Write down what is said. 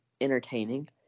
entertaining